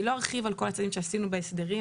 אני לא ארחיב על כל הצעדים שעשינו בהסדרים.